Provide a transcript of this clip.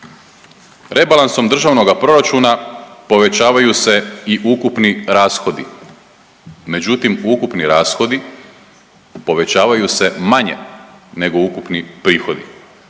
Rebalansom državnoga proračuna povećavaju se i ukupni rashodi, međutim ukupni rashodi povećavaju se manje nego ukupni prihodi.